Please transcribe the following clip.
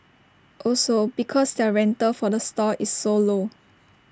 also because their rental for the stall is so low